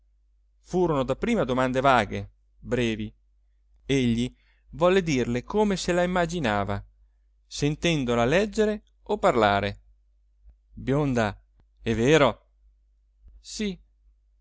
sé furono dapprima domande vaghe brevi egli volle dirle come se la immaginava sentendola leggere o parlare bionda è vero sì